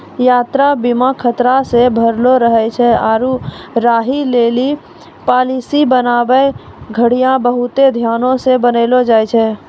यात्रा बीमा खतरा से भरलो रहै छै आरु यहि लेली पालिसी बनाबै घड़ियां बहुते ध्यानो से बनैलो जाय छै